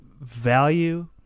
value